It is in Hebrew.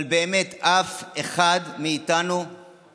אבל באמת, אף אחד לא הכיר,